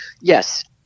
yes